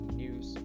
news